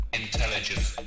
intelligence